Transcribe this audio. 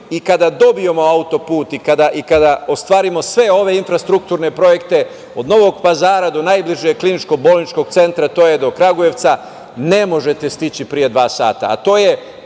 i kada dobijemo autoput i kada ostvarimo sve infrastrukturne projekte od Novog Pazara do najbližeg kliničko-bolničkog centra, to je do Kragujevca, ne možete stići pre dva sata,